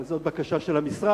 אבל זאת בקשה של המשרד,